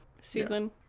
season